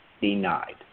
denied